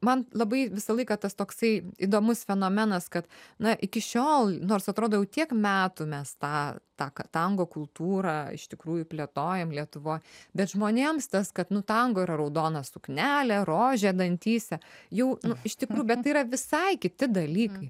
man labai visą laiką tas toksai įdomus fenomenas kad na iki šiol nors atrodo jau tiek metų mes tą tą ką tango kultūrą iš tikrųjų plėtojam lietuvoj bet žmonėms tas kad nu tango yra raudona suknelė rožė dantyse jau iš tikrųjų yra visai kiti dalykai